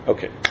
Okay